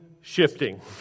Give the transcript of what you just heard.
shifting